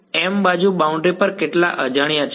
m બાજુ boundary પર કેટલા અજાણ્યા છે